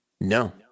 No